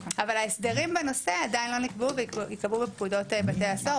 ההסדרים בנושא עדיין לא נקבעו וייקבעו בפקודות בתי הסוהר,